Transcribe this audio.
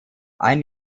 ein